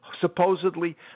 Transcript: supposedly